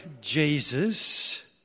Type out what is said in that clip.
Jesus